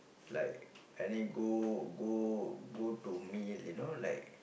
like any go go go to meal you know like